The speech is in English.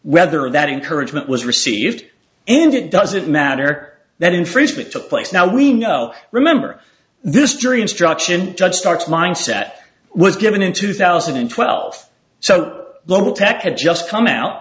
whether that encouragement was received and it doesn't matter that infringement took place now we know remember this jury instruction judge starts mindset was given in two thousand and twelve so low tech had just come out